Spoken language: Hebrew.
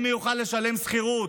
אם הוא יוכל לשלם שכירות,